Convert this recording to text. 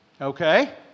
Okay